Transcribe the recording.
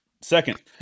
Second